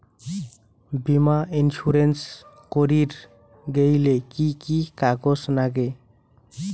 বীমা ইন্সুরেন্স করির গেইলে কি কি কাগজ নাগে?